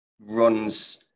runs